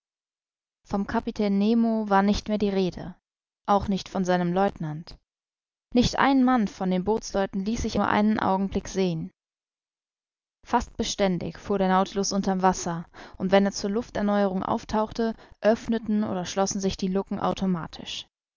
vom kapitän nemo war nicht mehr die rede auch nicht von seinem lieutenant nicht ein mann von den bootsleuten ließ sich nur einen augenblick sehen fast beständig fuhr der nautilus unter'm wasser und wenn er zur lufterneuerung auftauchte öffneten oder schlossen sich die lucken automatisch